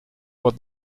what